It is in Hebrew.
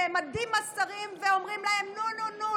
נעמדים השרים ואומרים להם: נו נו נו,